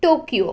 Tokyo